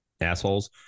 assholes